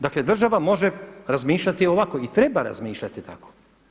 Dakle, država može razmišljati ovako i treba razmišljati tako.